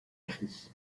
cri